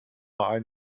einmal